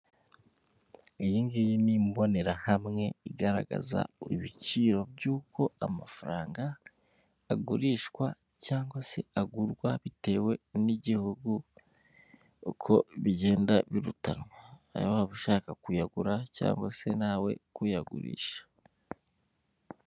Iyingiyi ni imbonerahamwe igaragaza ibiciro by'uko amafaranga agurishwa cyangwa se agurwa bitewe n'igihugu uko bigenda birutanwa, ayo waba ushaka kuyagura cyangwa se nawe kuyagurisha.